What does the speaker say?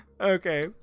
Okay